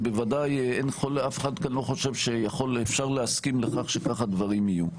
שבוודאי אף אחד כאן לא חושב שאפשר להסכים לכך שכך הדברים יהיו.